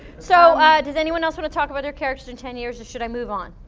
so does anyone else want to talk about their character in ten years or should i move on?